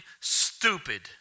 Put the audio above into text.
stupid